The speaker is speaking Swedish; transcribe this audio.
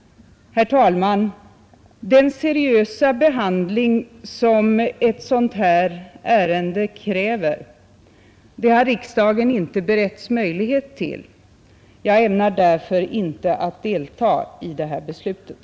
Herr talman! Den seriösa behandling som ett sådant här ärende kräver har riksdagen inte beretts möjlighet till. Jag ämnar därför inte delta i beslutet.